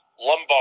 lumbar